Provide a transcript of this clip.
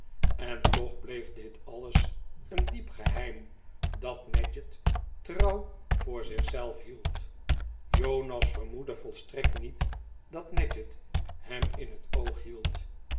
en toch bleef dit alles een diep geheim dat nadgett trouw voor zich zelf hield jonas vermoedde volstrekt niet dat nadgett hem in het oog hield